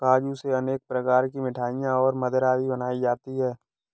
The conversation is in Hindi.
काजू से अनेक प्रकार की मिठाईयाँ और मदिरा भी बनाई जाती है